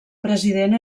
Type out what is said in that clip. president